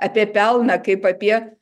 apie pelną kaip apie